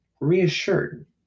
reassured